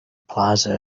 plaza